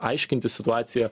aiškinti situaciją